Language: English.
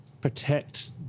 protect